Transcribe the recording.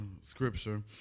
scripture